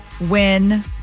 win